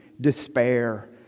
despair